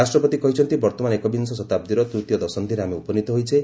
ରାଷ୍ଟ୍ରପତି କହିଛନ୍ତି ବର୍ତ୍ତମାନ ଏକବିଂଶ ଶତାବ୍ଦୀର ତୃତୀୟ ଦଶନ୍ଧିରେ ଆମେ ଉପନୀତ ହୋଇଛେ